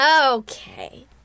Okay